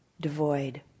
devoid